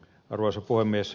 arvoisa puhemies